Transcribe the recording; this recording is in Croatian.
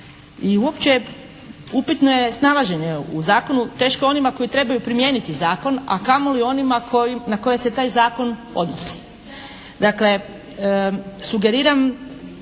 I uopće upitno je snalaženje u zakonu. Teško onima koji trebaju primijeniti zakon, a kamoli onima na koje se taj zakon odnosi.